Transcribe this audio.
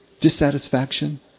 dissatisfaction